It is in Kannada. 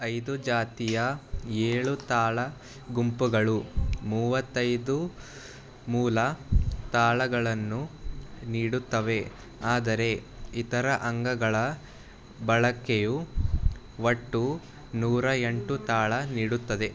ಐದು ಜಾತಿಯ ಏಳು ತಾಳ ಗುಂಪುಗಳು ಮೂವತ್ತೈದು ಮೂಲ ತಾಳಗಳನ್ನು ನೀಡುತ್ತವೆ ಆದರೆ ಇತರ ಅಂಗಗಳ ಬಳಕೆಯು ಒಟ್ಟು ನೂರಾ ಎಂಟು ತಾಳ ನೀಡುತ್ತದೆ